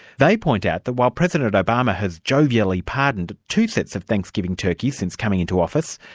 they point out that while president obama has jovially pardoned two sets of thanksgiving turkeys since coming into office,